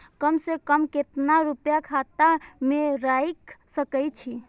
कम से कम केतना रूपया खाता में राइख सके छी?